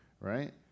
Right